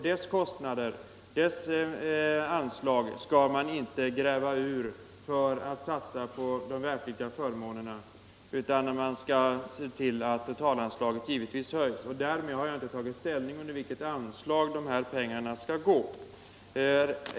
Man skall inte gräva ur försvarets anslag för att satsa på de värnpliktigas förmåner utan givetvis se till att det totala anslaget höjs. Därmed har jag inte tagit ställning till under vilket anslag dessa pengar skall gå.